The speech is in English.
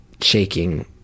shaking